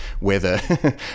weather